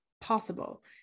possible